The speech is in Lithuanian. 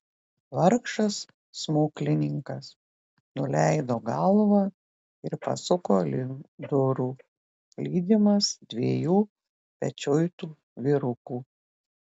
vargšas smuklininkas nuleido galvą ir pasuko link durų lydimas dviejų pečiuitų vyrukų